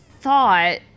thought